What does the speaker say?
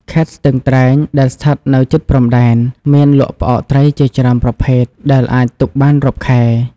ខេត្តស្ទឹងត្រែង ដែលស្ថិតនៅជិតព្រំដែន មានលក់ផ្អកត្រីជាច្រើនប្រភេទដែលអាចទុកបានរាប់ខែ។